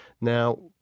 Now